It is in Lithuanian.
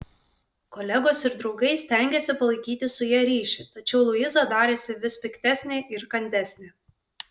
kolegos ir draugai stengėsi palaikyti su ja ryšį tačiau luiza darėsi vis piktesnė ir kandesnė